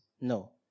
No